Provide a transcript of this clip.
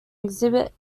exhibit